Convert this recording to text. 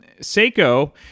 Seiko